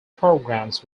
programs